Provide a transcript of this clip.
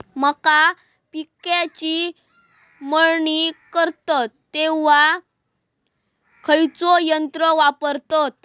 मका पिकाची मळणी करतत तेव्हा खैयचो यंत्र वापरतत?